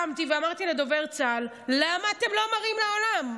וקמתי ואמרתי לדובר צה"ל: למה אתם לא מראים לעולם?